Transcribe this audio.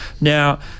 Now